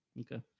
Okay